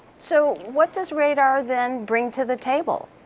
so what does radar then bring to the table?